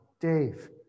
Dave